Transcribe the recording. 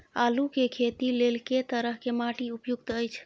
आलू के खेती लेल के तरह के माटी उपयुक्त अछि?